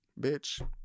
bitch